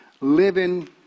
living